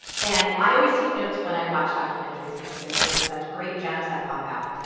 and i always take notes when i watch documentaries because there's always such great gems that pop out.